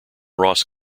ross